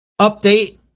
update